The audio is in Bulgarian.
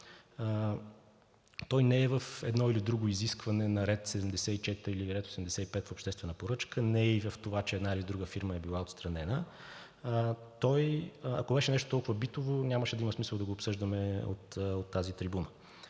Той не е в едно или друго изискване на ред 74 или ред 85 в обществена поръчка, не е и в това, че една или друга фирма е била отстранена. Ако беше нещо толкова битово, нямаше да има смисъл да го обсъждаме от тази трибуна.